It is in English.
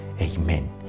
Amen